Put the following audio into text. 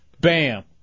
Bam